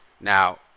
Now